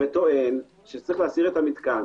וטוען שצריך להסיר את המתקן?